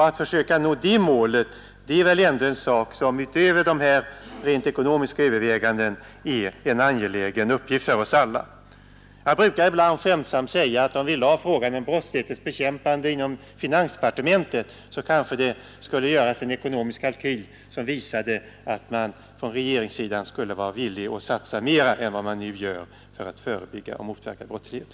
Att försöka nå detta mål är väl ändå en uppgift för oss alla. Jag brukar ibland skämtsamt säga att det, om vi lade brottslighetens bekämpande inom finansdepartementet, kanske skulle göras en ekonomisk kalkyl, som visade att man från regeringshåll borde vara villig att satsa mera än vad man nu gör för att förebygga och motverka brottsligheten.